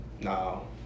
No